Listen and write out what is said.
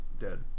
dead